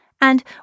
And